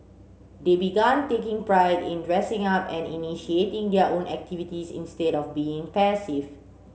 they began taking pride in dressing up and initiating their own activities instead of being passive